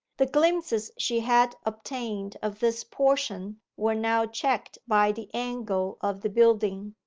the glimpses she had obtained of this portion were now checked by the angle of the building.